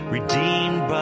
Redeemed